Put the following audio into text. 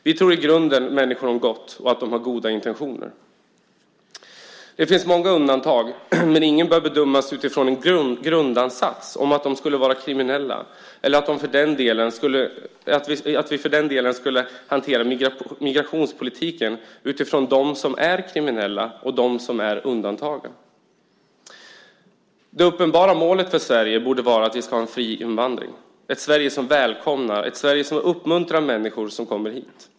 Vi tror i grunden människor om gott och att de har goda intentioner. Det finns många undantag, men ingen bör bedömas utifrån en grundansats att de skulle vara kriminella eller att vi för den delen skulle hantera migrationspolitiken utifrån dem som är kriminella och dem som är undantagen. Det uppenbara målet för Sverige borde vara att vi ska ha en fri invandring, ett Sverige som välkomnar och ett Sverige som uppmuntrar människor som kommer hit.